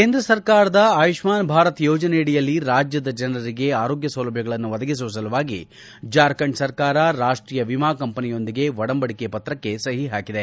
ಕೇಂದ್ರ ಸರ್ಕಾರದ ಆಯುಷ್ನಾನ್ ಭಾರತ್ ಯೋಜನೆಯಡಿಯಲ್ಲಿ ರಾಜ್ಯದ ಜನರಿಗೆ ಆರೋಗ್ಯ ಸೌಲಭ್ಯಗಳನ್ನು ಒದಗಿಸುವ ಸಲುವಾಗಿ ಜಾರ್ಖಂಡ್ ಸರ್ಕಾರ ರಾಷ್ಷೀಯ ವಿಮಾಕಂಪನಿಯೊಂದಿಗೆ ಒಡಂಬಡಿಕೆ ಪತ್ರಕ್ಷೆ ಸಹಿ ಹಾಕಿದೆ